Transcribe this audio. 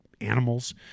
animals